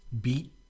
Beat